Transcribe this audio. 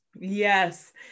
Yes